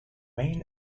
main